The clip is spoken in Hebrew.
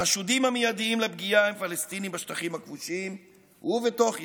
החשודים המיידיים לפגיעה הם פלסטינים בשטחים הכבושים ובתוך ישראל,